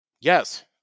Yes